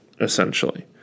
essentially